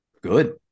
Good